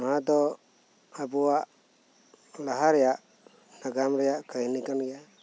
ᱱᱚᱶᱟ ᱫᱚ ᱟᱵᱚᱣᱟᱜ ᱞᱟᱦᱟ ᱨᱮᱭᱟᱜ ᱱᱟᱜᱟᱱ ᱨᱮᱭᱟᱜ ᱠᱟᱦᱱᱤ ᱠᱟᱱ ᱜᱮᱭᱟ